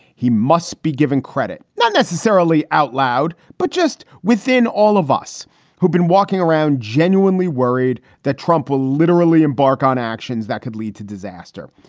he must be given credit. not necessarily outloud, but just within all of us who've been walking around genuinely worried that trump will literally embark on actions that could lead to disaster.